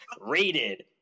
Rated